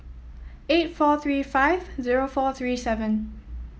eight four three five zero four three seven